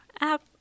app